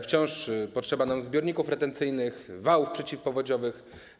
Wciąż potrzeba nam zbiorników retencyjnych, wałów przeciwpowodziowych.